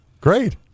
Great